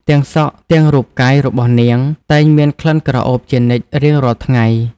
ទាំងសក់ទាំងរូបកាយរបស់នាង តែងមានក្លិនក្រអូបជានិច្ចរៀងរាល់ថ្ងៃ។